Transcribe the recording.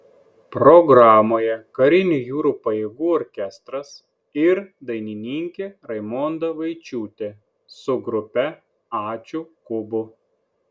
programoje karinių jūrų pajėgų orkestras ir dainininkė raimonda vaičiūtė su grupe ačiū kubu